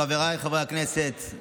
חבריי חברי הכנסת,